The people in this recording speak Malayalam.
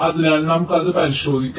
അതിനാൽ നമുക്ക് അത് പരിശോധിക്കാം